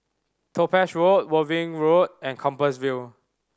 Topaz Road Worthing Road and Compassvale